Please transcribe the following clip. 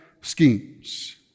schemes